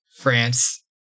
France